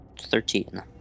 Thirteen